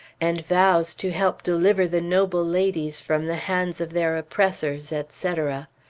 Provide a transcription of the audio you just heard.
and vows to help deliver the noble ladies from the hands of their oppressors, etc.